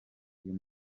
uyu